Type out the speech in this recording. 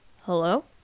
Hello